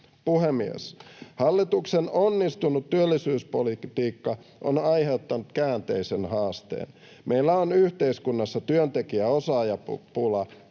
Puhemies! Hallituksen onnistunut työllisyyspolitiikka on aiheuttanut käänteisen haasteen. Meillä on yhteiskunnassa työntekijä- ja osaajapula,